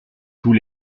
tous